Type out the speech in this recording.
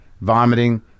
vomiting